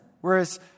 Whereas